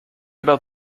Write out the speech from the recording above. about